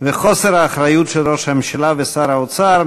וחוסר האחריות של ראש הממשלה ושר האוצר,